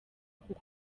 kuko